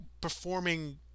performing